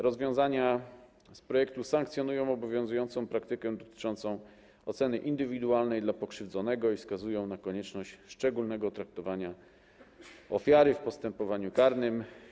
Rozwiązania z projektu sankcjonują obowiązującą praktykę dotyczącą oceny indywidualnej dla pokrzywdzonego i wskazują na konieczność szczególnego traktowania ofiary w postępowaniu karnym.